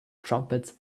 trumpets